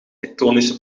tektonische